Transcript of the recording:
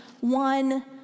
one